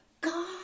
God